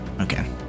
Okay